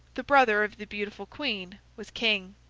the brother of the beautiful queen, was king.